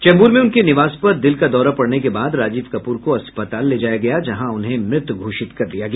चैम्बूर में उनके निवास पर दिल का दौरा पड़ने के बाद राजीव कप्र को अस्पताल ले जाया गया जहां उन्हें मृत घोषित कर दिया गया